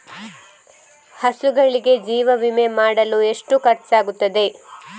ಹಸುಗಳಿಗೆ ಜೀವ ವಿಮೆ ಮಾಡಲು ಎಷ್ಟು ಖರ್ಚಾಗುತ್ತದೆ?